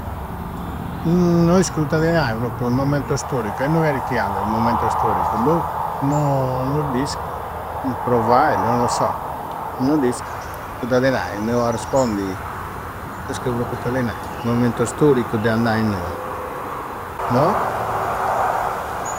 No iscu itta ti narri, propriu. Mommentu stroicu, innui cheri chi andu? Mommentu storicu. Bho! No no d'iscu. Provvai, non lo so. No d'iscu. Sa beridadi. Po arrispondi. No iscu propriu itta ti nai. Momento storicu de andai innui? No.